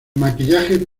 maquillaje